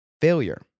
failure